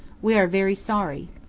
we are very sorry.